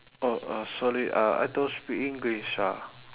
oh sorry uh uh I don't speak english ah